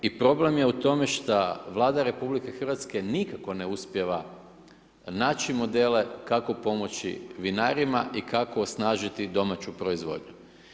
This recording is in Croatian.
I problem je u tome što Vlada RH nikako ne uspijeva naći modele kako pomoći vinarima i kako osnažiti domaću proizvodnju.